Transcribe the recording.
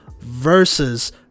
versus